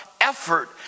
effort